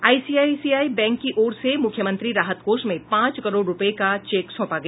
ICICI bank की ओर से मूख्यमंत्री राहत कोष में पांच करोड़ रूपये का चेक सौंपा गया